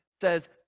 says